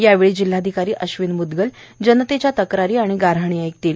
यावेळी जिल्हाधिकारी अश्विन मुदगल हे जनतेच्या तक्रारी आणि गाऱ्हाणी ऐकतील